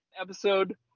episode